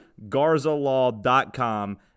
GarzaLaw.com